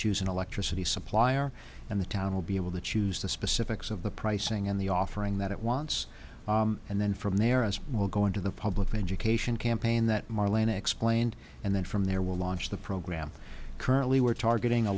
choose an electricity supplier and the town will be able to choose the specifics of the pricing and the offering that it wants and then from there us will go into the public education campaign that marlaina explained and then from there we'll launch the program currently we're targeting a